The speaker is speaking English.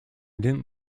didn’t